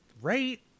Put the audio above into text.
right